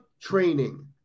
training